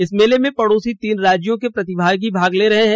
इस मेले में पड़ोसी तीन राज्यों के प्रतिभागी भाग ले रहे हैं